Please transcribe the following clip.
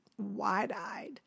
wide-eyed